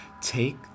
take